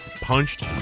punched